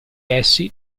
essi